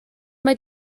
mae